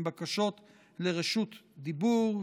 עם בקשות לרשות דיבור,